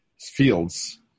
fields